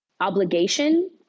obligation